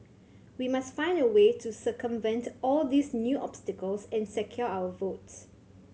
we must find a way to circumvent all these new obstacles and secure our votes